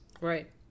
right